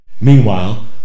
Meanwhile